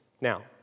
Now